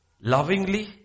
lovingly